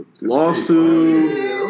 Lawsuit